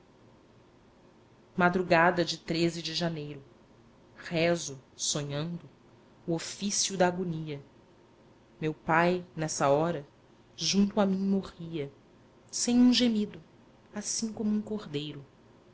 madrugada de treze de janeiro rezo sonhando o ofício da agonia meu pai nessa hora junto a mim morria sem um gemido assim como um cordeiro